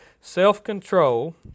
self-control